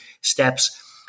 steps